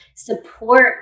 Support